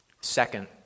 Second